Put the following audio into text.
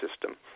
system